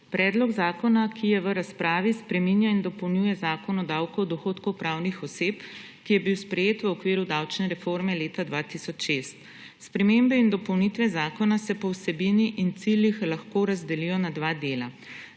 Predlog zakona, ki je v razpravi, spreminja in dopolnjuje Zakon o davku od dohodkov pravnih oseb, ki je bil sprejet v okviru davčne reforme leta 2006. Spremembe in dopolnitve zakona se po vsebini in ciljih lahko razdelijo na dva dela.